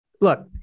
look